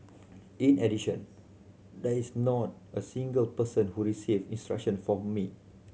in addition there is not a single person who received instruction for me